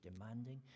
demanding